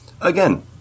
again